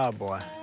ah boy.